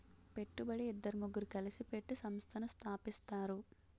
పెట్టుబడి ఇద్దరు ముగ్గురు కలిసి పెట్టి సంస్థను స్థాపిస్తారు